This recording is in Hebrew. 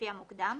לפי המוקדם,